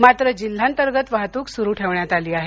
मात्र जिल्हांतर्गत वाहतूक सुरू ठेवण्यात आली आहे